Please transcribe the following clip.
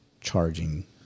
charging